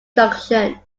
junction